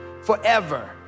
forever